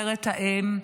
אומרת האם.